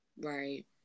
Right